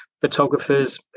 photographers